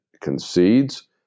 concedes